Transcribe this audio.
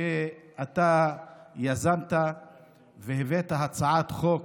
שיזמת והבאת הצעת חוק